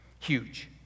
huge